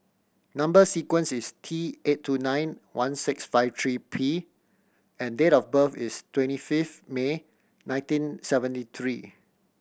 number sequence is T eight two nine one six five three P and date of birth is twenty fifth May nineteen seventy three